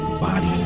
body